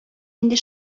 инде